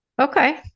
Okay